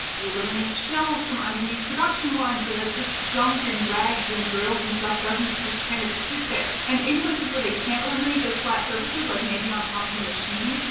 you eliminate shelves from underneath production line, so that just junk and rags and drills and stuff doesn't just kind of sit there and in places where they can't eliminate those flat surfaces, like maybe on top of a machine,